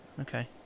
Okay